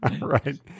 right